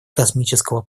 космического